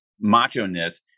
macho-ness